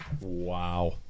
wow